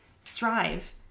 strive